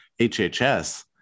HHS